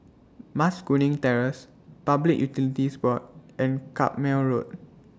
Mas Kuning Terrace Public Utilities Board and Carpmael Road